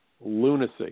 Lunacy